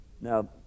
now